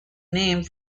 named